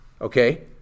Okay